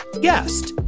guest